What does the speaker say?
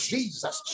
Jesus